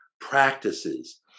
practices